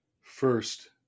first